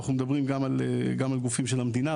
אנחנו מדברים גם על גופים של המדינה,